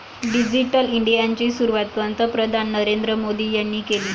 digital इंडियाची सुरुवात पंतप्रधान नरेंद्र मोदी यांनी केली